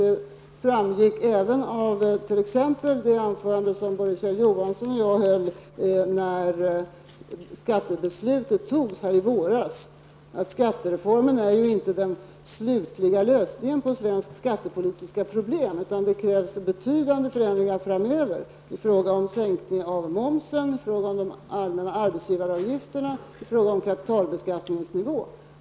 Det framgick även av t.ex. de anföranden som både Kjell Johansson och jag höll när skattebeslutet fattades i våras att skattereformen inte är den slutliga lösningen på svenska skattepolitiska problem, utan det krävs betydande förändringar framöver i fråga om sänkning av momsen, i fråga om de allmänna arbetsgivaravgifterna och i fråga om kapitalbeskattningsnivån.